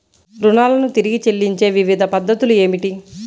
రుణాలను తిరిగి చెల్లించే వివిధ పద్ధతులు ఏమిటి?